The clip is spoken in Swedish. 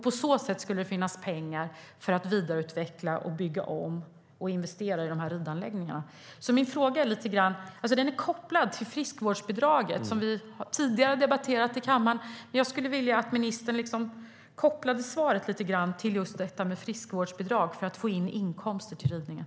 På så sätt skulle det finnas pengar för att vidareutveckla, bygga om och investera i ridanläggningarna. Min fråga är kopplad till friskvårdsbidraget, som vi tidigare har debatterat i kammaren. Jag skulle vilja att ministern kopplade svaret lite grann till just friskvårdsbidrag för att få in inkomster till ridningen.